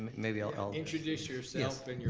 maybe i'll introduce yourself and your